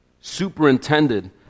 superintended